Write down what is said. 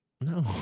No